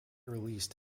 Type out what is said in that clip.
released